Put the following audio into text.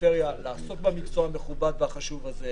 מהפריפריה לעסוק במקצוע המכובד והחשוב הזה,